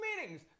meetings